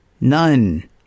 none